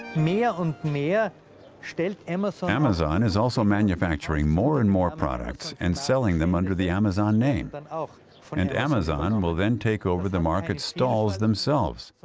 meeow and meeow state amethyst amazon is also manufacturing more and more products and selling them under the amazon name but ah and amazon will then take over the market stalls themselves.